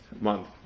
month